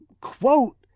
quote